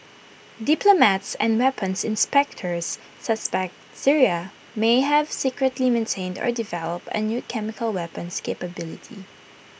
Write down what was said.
diplomats and weapons inspectors suspect Syria may have secretly maintained or developed A new chemical weapons capability